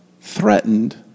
threatened